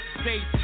states